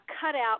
cutout